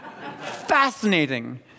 Fascinating